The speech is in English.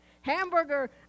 Hamburger